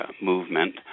movement